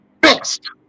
Best